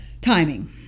Timing